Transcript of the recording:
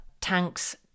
Tanks